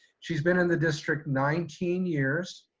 she's been in the district nineteen years.